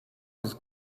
his